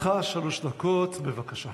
ושייעשה במהרה.